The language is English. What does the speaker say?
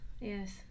yes